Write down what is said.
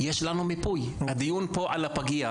יש לנו מיפוי, הדיון פה על הפגייה.